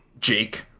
jake